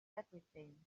everything